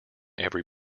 every